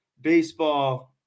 baseball